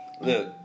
Look